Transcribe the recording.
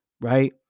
right